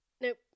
Nope